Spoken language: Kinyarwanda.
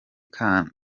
kandi